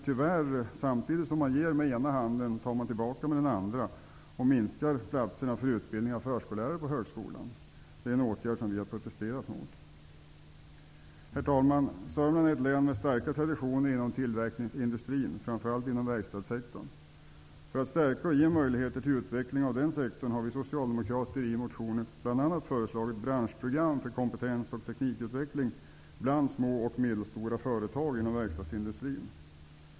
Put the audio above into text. Men samtidigt som man ger med ena handen tar man, tyvärr, tillbaka med den andra och minskar antalet platser för utbildning av förskollärare på högskolan. Det är en åtgärd som vi har protesterat mot. Herr talman! Sörmland är ett län med starka traditioner inom tillverkningsindustrin, framför allt inom verkstadssektorn. För att stärka och ge möjligheter till utveckling av den sektorn har vi socialdemokrater i motioner bl.a. föreslagit branschprogram för kompetens och teknikutveckling bland små och medelstora företag inom verkstadsindustrin.